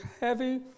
heavy